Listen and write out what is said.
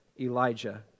Elijah